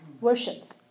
worshipped